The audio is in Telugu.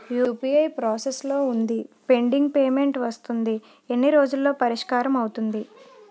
యు.పి.ఐ ప్రాసెస్ లో వుందిపెండింగ్ పే మెంట్ వస్తుంది ఎన్ని రోజుల్లో పరిష్కారం అవుతుంది